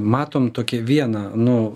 matom tokį vieną nu